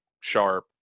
Sharp